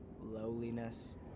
lowliness